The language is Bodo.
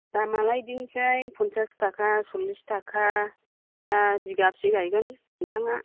दामालाय बिदिनोसै पन्सास थाखा सल्लिस थाखा दा बिगा बेसे गायगोन नोंथाङा